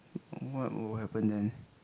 what will happen then